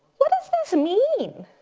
what does this mean?